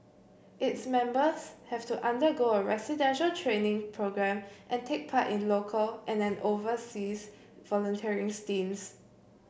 its members have to undergo a residential training programme and take part in local and an overseas volunteering stints